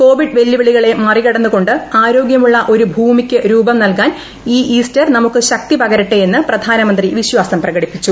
Covid വെല്ലുവിളികളെ മറികടന്നുകൊണ്ട് ആരോഗ്യമുള്ള ഒരു ഭൂമിക്ക് രൂപം നല്കാൻ ഈ ഇൌസ്റ്റർ നമുക്ക് ശക്തി പകരട്ടെയെന്ന് പ്രധാനമന്ത്രി വിശ്വാസം പ്രകടിപ്പിച്ചു